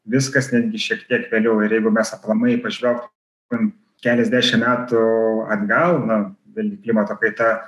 viskas netgi šiek tiek vėliau ir jeigu mes aplamai pažvelgtumėm keliasdešim metų atgal na vėlgi klimato kaita